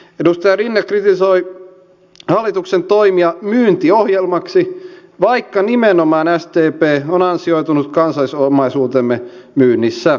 edustaja rinne kritisoi hallituksen toimia myyntiohjelmaksi vaikka nimenomaan sdp on ansioitunut kansallisomaisuutemme myynnissä